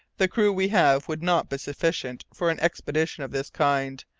the crew we have would not be sufficient for an expedition of this kind.